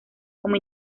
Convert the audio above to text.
como